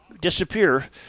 disappear